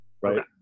right